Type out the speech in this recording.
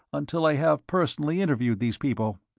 until i have personally interviewed these people.